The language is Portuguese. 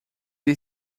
ele